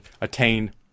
attain